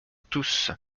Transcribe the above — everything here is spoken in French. tous